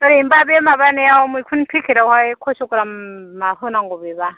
ओरैनोबा बे माबानायाव मैखुन पेकेटआवहाय खयस'ग्राम मा होनांगौ बेबा